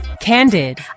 Candid